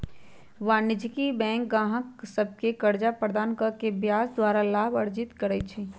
वाणिज्यिक बैंक गाहक सभके कर्जा प्रदान कऽ के ब्याज द्वारा लाभ अर्जित करइ छइ